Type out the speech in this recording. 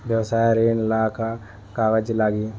व्यवसाय ऋण ला का का कागज लागी?